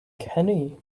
kenny